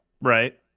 Right